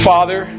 Father